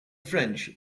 french